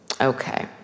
Okay